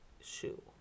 shoe